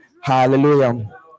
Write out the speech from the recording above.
hallelujah